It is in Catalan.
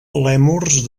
lèmurs